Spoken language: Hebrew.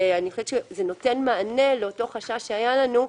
ואני חושבת שזה נותן מענה לאותו חשש שהיה לנו,